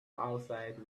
outside